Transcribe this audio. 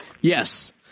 Yes